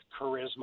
charisma